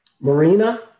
Marina